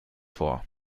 vor